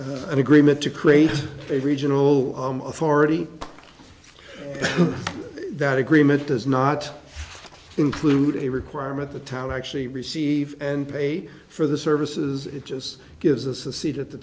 is a agreement to create a regional authority that agreement does not include a requirement the town actually receive and pay for the services it just gives us a seat at the